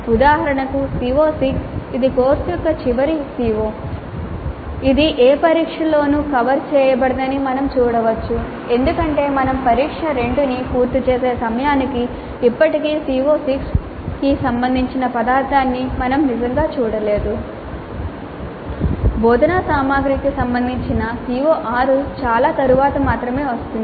ఉదాహరణకు CO6 ఇది course యొక్క చివరి CO ఇది ఏ పరీక్షలోనూ కవర్ చేయబడదని మనం చూడవచ్చు ఎందుకంటే మేము పరీక్ష 2 ని పూర్తి చేసే సమయానికి ఇప్పటికీ CO6 కి సంబంధించిన పదార్థాన్ని మేము నిజంగా చూడలేదు బోధనా సామగ్రికి సంబంధించిన CO6 చాలా తరువాత మాత్రమే వస్తుంది